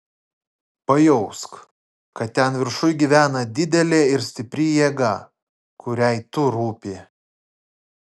pajausk kad ten viršuj gyvena didelė ir stipri jėga kuriai tu rūpi